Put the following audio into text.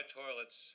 toilets